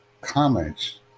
comments